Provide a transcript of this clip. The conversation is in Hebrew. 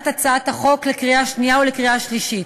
הצעת החוק לקריאה שנייה ולקריאה שלישית.